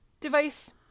device